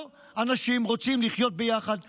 לא, אנשים רוצים לחיות ביחד בשותפות.